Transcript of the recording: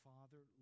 Father